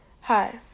Hi